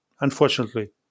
unfortunately